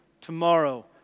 tomorrow